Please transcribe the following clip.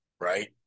right